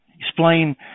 explain